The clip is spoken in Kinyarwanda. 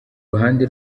ruhande